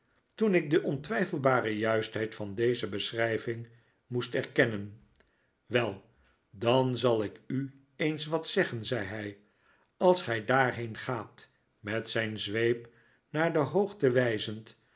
toen ik de ontwijfelbare juistheid van deze beschrijving moest erkennen wel dan zal ik u eens wat zeggen zei hij als gij daarheen gaat met zijn zweep naar de hoogten wijzend